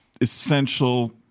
essential